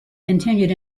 continued